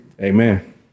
Amen